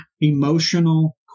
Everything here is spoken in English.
emotional